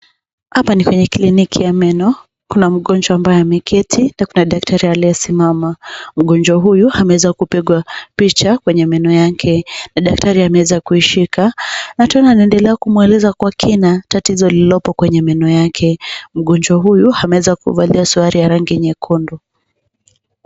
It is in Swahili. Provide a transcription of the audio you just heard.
Hapa ni kwenye kliniki ya meno, kuna mgonjwa ambaye ameketi, na kuna daktari, aliyesimama. Mgonjwa huyu, ameweza kupigwa picha kwenye meno yake, na daktari ameweza kuishika, na tunaona anaendelea kumwelezea kwa kina, tatizo lililopo kwenye meno yake. Mgonjwa huyu, ameweza kuvalia suruali ya rangi nyekundu.